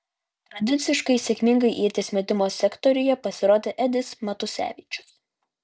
tradiciškai sėkmingai ieties metimo sektoriuje pasirodė edis matusevičius